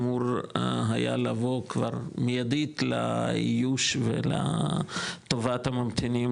אמור היה לבוא כבר מיידית לאיוש ולטובת הממתינים